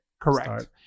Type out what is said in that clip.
Correct